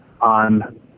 on